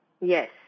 Yes